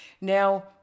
Now